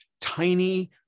tiny